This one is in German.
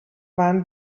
waren